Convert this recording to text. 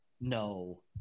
No